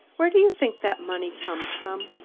where do you think that money comes from?